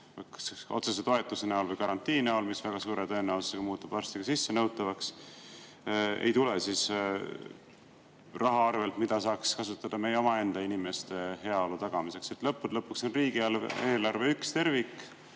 otsese toetuse või garantii näol, mis väga suure tõenäosusega muutub varsti ka sissenõutavaks, ei tule raha arvelt, mida saaks kasutada meie omaenda inimeste heaolu tagamiseks? Lõppude lõpuks on riigieelarve üks tervik,